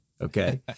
okay